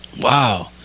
Wow